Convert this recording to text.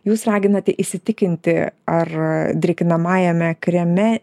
jūs raginate įsitikinti ar drėkinamajame kreme